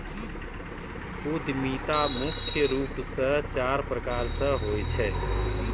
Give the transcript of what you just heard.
उद्यमिता मुख्य रूप से चार प्रकार के होय छै